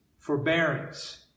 Forbearance